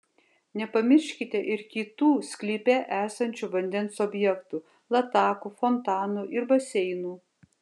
nepamirškite ir kitų sklype esančių vandens objektų latakų fontanų ir baseinų